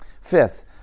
Fifth